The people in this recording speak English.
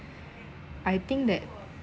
I think that